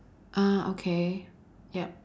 ah okay yup